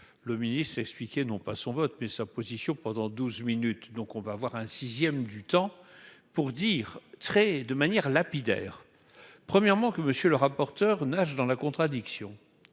le Ministre, expliqué non pas son vote mais sa position pendant 12 minutes. Donc on va voir un 6ème du temps pour dire très de manière lapidaire : premièrement, que monsieur le rapporteur, nage dans la contradiction,